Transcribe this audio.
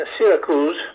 Syracuse